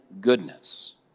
goodness